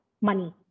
money